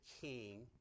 king